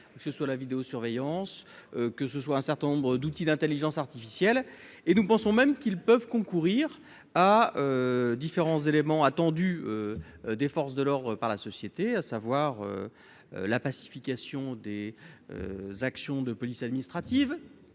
que ce soit la vidéosurveillance, que ce soit un certain nombre d'outils d'Intelligence artificielle et nous pensons même qu'ils peuvent concourir à différents éléments attendus des forces de l'ordre par la société, à savoir la pacification des actions de police administrative,